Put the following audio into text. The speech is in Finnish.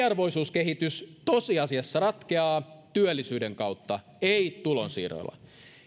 eriarvoisuuskehitys tosiasiassa ratkeaa työllisyyden kautta ei pelkillä tulonsiirroilla